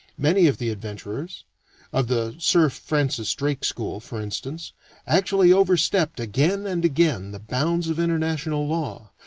many of the adventurers of the sir francis drake school, for instance actually overstepped again and again the bounds of international law,